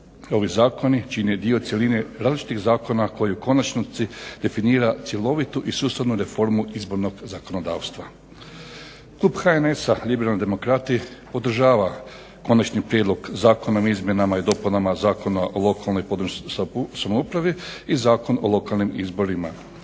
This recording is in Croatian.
ovi zakoni čine dio cjeline različitih zakona koji u konačnici definira cjelovitu i sustavnu reformu izbornog zakonodavstva. Klub HNS-a liberalni demokrati podržava Konačni prijedlog Zakona o izmjenama i dopunama Zakona o lokalnoj i područnoj samoupravi, i Zakon o lokalnim izborima,